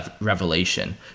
Revelation